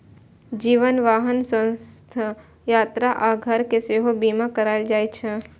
जीवन, वाहन, स्वास्थ्य, यात्रा आ घर के सेहो बीमा कराएल जाइ छै